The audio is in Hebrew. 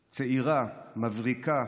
צעירה, מבריקה,